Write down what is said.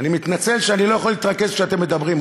אני מתנצל שאני לא יכול להתרכז כשאתם מדברים,